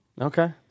Okay